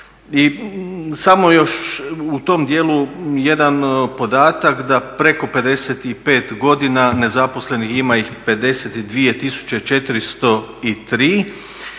samo još u tom dijelu jedan podatak da preko 55 godina nezaposlenih ima ih 52.403 i